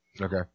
Okay